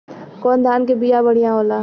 कौन धान के बिया बढ़ियां होला?